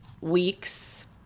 weeks